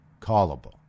callable